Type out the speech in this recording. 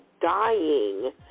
dying